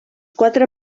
quatre